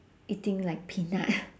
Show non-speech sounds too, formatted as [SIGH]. eating like peanut [LAUGHS]